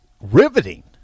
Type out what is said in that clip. riveting